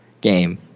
game